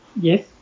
Yes